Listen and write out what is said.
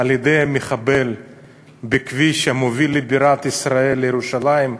על-ידי מחבל בכביש המוביל לבירת ישראל, לירושלים,